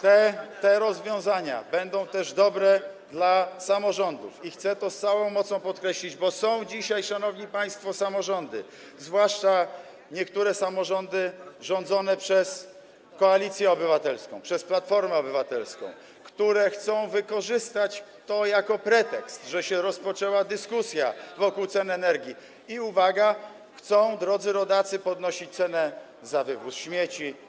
Te rozwiązania będą też dobre dla samorządów i chcę to z całą mocą podkreślić, bo są dzisiaj, szanowni państwo, samorządy, zwłaszcza niektóre samorządy rządzone przez Koalicję Obywatelską, przez Platformę Obywatelską, które chcą wykorzystać jako pretekst to, że się rozpoczęła dyskusja wokół cen energii - uwaga - i chcą, drodzy rodacy, podnosić cenę za wywóz śmieci.